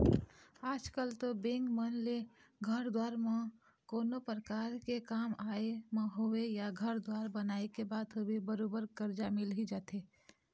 आजकल तो बेंक मन ले घर दुवार म कोनो परकार के काम आय म होवय या घर दुवार बनाए के बात होवय बरोबर करजा मिल ही जाथे